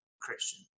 Christian